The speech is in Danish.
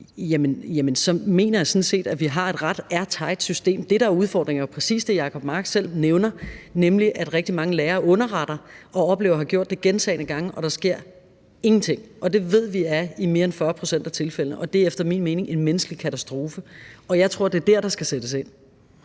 der ligger i lovgivningen, f.eks. det med underretning. Det, der er udfordringen, er jo præcis det, Jacob Mark selv nævner, nemlig at rigtig mange lærere underretter og oplever at have gjort det gentagne gange, og der sker ingenting; det ved vi er i mere end 40 pct. af tilfældene. Det er efter min mening en menneskelig katastrofe, og jeg tror, det er dér, der skal sættes ind.